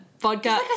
vodka